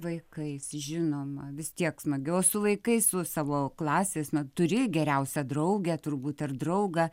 vaikais žinoma vis tiek smagiau su vaikais su savo klasės na turi geriausią draugę turbūt ar draugą